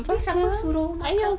siapa suruh makan